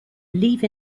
leave